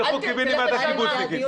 שילכו קיבינימט הקיבוצניקים.